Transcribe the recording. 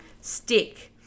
stick